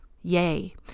Yay